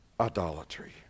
Idolatry